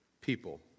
people